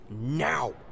now